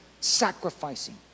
sacrificing